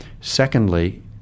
secondly